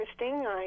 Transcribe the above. interesting